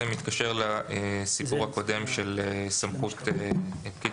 זה מתקשר לסיפור הקודם של סמכות פקיד